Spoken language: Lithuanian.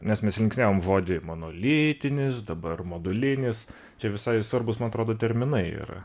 nes mes linksniavom žodžiai monolitinis dabar modulinis čia visai svarbūs man atrodo terminai yra